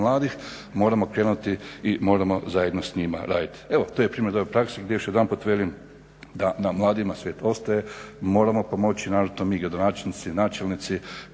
mladih moramo primati i moramo zajedno s njima raditi. Evo, to je primjer dobre prakse gdje još jedanput velim da na mladima svijet ostaje. Moramo pomoći, naročito mi gradonačelnici, načelnici